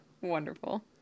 Wonderful